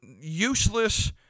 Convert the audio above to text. useless